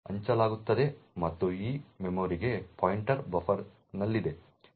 ಹಂಚಲಾಗುತ್ತದೆ ಮತ್ತು ಆ ಮೆಮೊರಿಗೆ ಪಾಯಿಂಟರ್ ಬಫರ್ನಲ್ಲಿದೆ